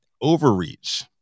overreach